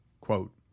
Quote